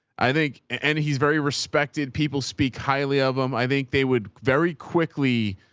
i think. and he's very respected. people speak highly of them. i think they would very quickly,